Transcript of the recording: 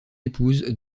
épouse